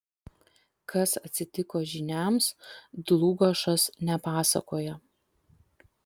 kas atsitiko žyniams dlugošas nepasakoja